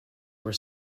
were